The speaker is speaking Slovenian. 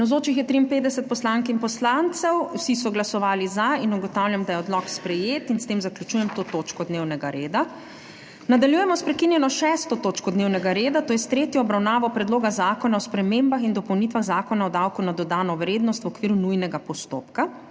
Navzočih je 53 poslank in poslancev, vsi so glasovali za. (Za je glasovalo 53.) (Proti nihče.) Ugotavljam, da je odlok sprejet. S tem zaključujem to točko dnevnega reda. Nadaljujemo s prekinjeno 6. točko dnevnega reda, to je s tretjo obravnavo Predloga zakona o spremembah in dopolnitvah Zakona o davku na dodano vrednost v okviru nujnega postopka.